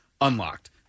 unlocked